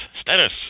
Status